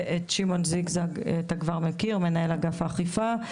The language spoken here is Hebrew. ואת שמעון זיגזג אתה כבר מכיר, מנהל אגף אכיפה.